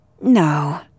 No